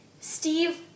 Steve